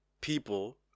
people